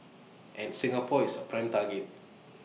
and Singapore is A prime target